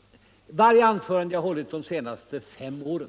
Beträffande varje anförande som jag har hållt under de senaste fem åren